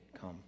come